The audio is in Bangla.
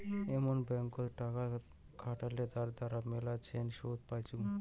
এমন ব্যাঙ্কত টাকা খাটালে তার দ্বারা মেলাছেন শুধ পাইচুঙ